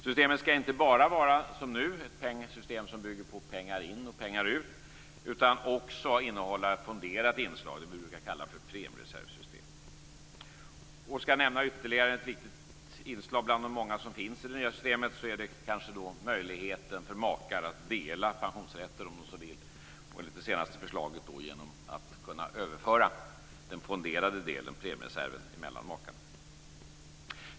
Systemet skall inte bara, som nu, bygga på principen pengar in och pengar ut utan också innehålla ett fonderat inslag. Det brukar kallas för premiereservsystem. Skall jag nämna ytterligare ett viktigt inslag bland de många som finns i det nya systemet är det möjligheten för makar att dela pensionsrätten om de så vill och enligt det senaste förslaget kunna överföra den fonderade delen, premiereserven, mellan makarna.